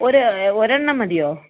ഒരു ഒരെണ്ണം മതിയോ